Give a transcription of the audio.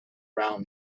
around